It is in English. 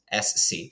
SC